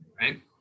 right